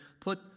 Put